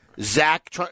Zach